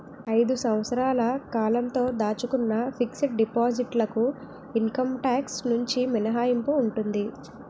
ఐదు సంవత్సరాల కాలంతో దాచుకున్న ఫిక్స్ డిపాజిట్ లకు ఇన్కమ్ టాక్స్ నుంచి మినహాయింపు ఉంటుంది